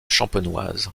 champenoise